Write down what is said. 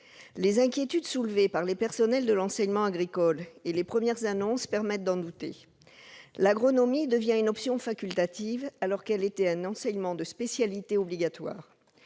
Les inquiétudes soulevées par les personnels de l'enseignement agricole et les premières annonces permettent d'en douter. L'agronomie devient une option facultative, alors qu'elle était un enseignement de spécialité obligatoire.